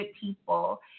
people